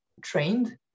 trained